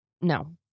No